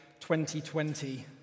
2020